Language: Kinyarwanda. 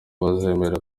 bazemera